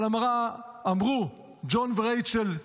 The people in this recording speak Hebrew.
אבל אמרו ג'ון ורייצ'ל,